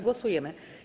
Głosujemy.